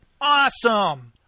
awesome